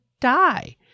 die